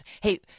hey